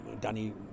Danny